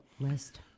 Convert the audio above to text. list